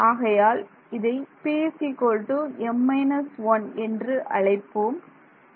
ஆகையால் இதை p m − 1 என்று அழைப்போம்